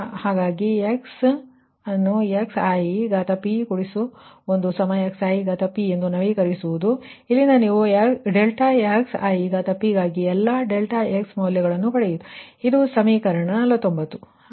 ಆದ್ದರಿಂದ x ಅನ್ನು xip1xip ಆಗಿ ನವೀಕರಿಸಬಹುದು ಮತ್ತು ಇಲ್ಲಿಂದ ನೀವು ∆xipಗಾಗಿ ಎಲ್ಲಾ ∆x ಮೌಲ್ಯಗಳನ್ನು ಪಡೆಯುತ್ತೀರಿ ಇದು ಸಮೀಕರಣ 49